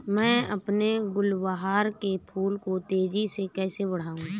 मैं अपने गुलवहार के फूल को तेजी से कैसे बढाऊं?